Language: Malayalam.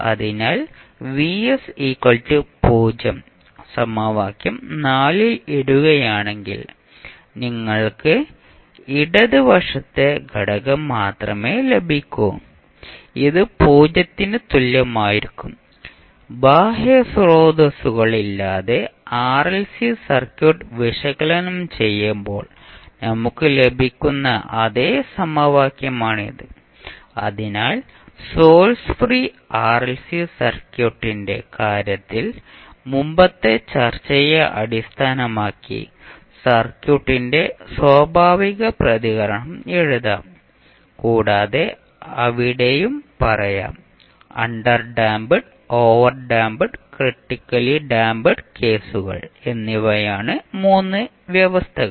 അതിനാൽ Vs 0 സമവാക്യം ൽ ഇടുകയാണെങ്കിൽ നിങ്ങൾക്ക് ഇടത് വശത്തെ ഘടകം മാത്രമേ ലഭിക്കൂ ഇത് 0 ന് തുല്യമായിരിക്കും ബാഹ്യ സ്രോതസ്സുകളില്ലാതെ ആർഎൽസി സർക്യൂട്ട് വിശകലനം ചെയ്യുമ്പോൾ നമുക്ക് ലഭിക്കുന്ന അതേ സമവാക്യമാണിത് അതിനാൽ സോഴ്സ് ഫ്രീ ആർഎൽസി സർക്യൂട്ടിന്റെ കാര്യത്തിൽ മുമ്പത്തെ ചർച്ചയെ അടിസ്ഥാനമാക്കി സർക്യൂട്ടിന്റെ സ്വാഭാവിക പ്രതികരണം എഴുതാം കൂടാതെ അവിടെയും പറയാം അണ്ടർഡാമ്പ് ഓവർഡാമ്പ് ക്രിട്ടിക്കലി ഡാംപ്ഡ് കേസുകൾ എന്നിവയാണ് മൂന്ന് വ്യവസ്ഥകൾ